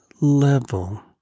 level